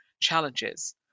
challenges